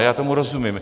Já tomu rozumím.